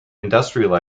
industrial